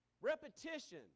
Repetition